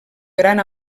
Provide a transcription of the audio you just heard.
gran